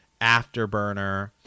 Afterburner